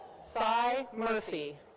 cye murphy.